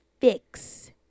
fix